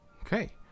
Okay